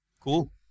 cool